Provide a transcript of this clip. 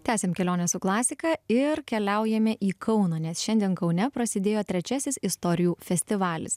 tęsiam kelionę su klasika ir keliaujame į kauną nes šiandien kaune prasidėjo trečiasis istorijų festivalis